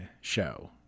show